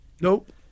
Nope